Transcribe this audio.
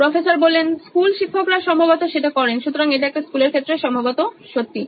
professor school শিক্ষকরা সম্ভবত সেটা করেন সুতরাং এটা একটা স্কুলের ক্ষেত্রে সম্ভবত সত্যি